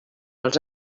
els